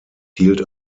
hielt